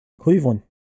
Cleveland